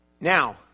Now